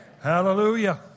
Hallelujah